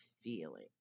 feeling